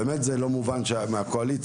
זה לא מובן מאליו,